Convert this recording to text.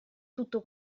tutto